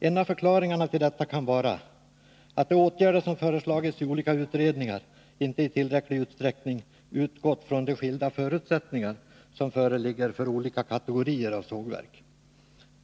En av förklaringarna till detta kan vara att de åtgärder som föreslagits i olika utredningar inte i tillräcklig utsträckning utgått från de skilda förutsättningar som föreligger för olika kategorier av sågverk.